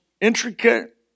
intricate